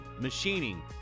machining